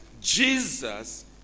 Jesus